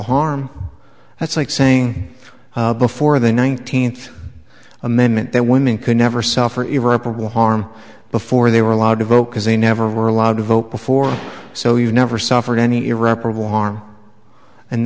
harm that's like saying before the nineteenth amendment that women could never suffer irreparable harm before they were allowed to vote because they never were allowed to vote before so you never suffered any irreparable harm and